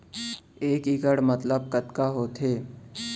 एक इक्कड़ मतलब कतका होथे?